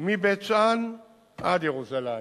מבית-שאן עד ירושלים.